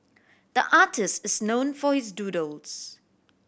the artist is known for his doodles